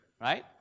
right